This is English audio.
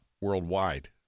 worldwide